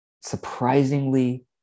surprisingly